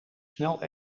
snel